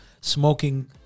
Smoking